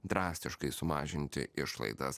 drastiškai sumažinti išlaidas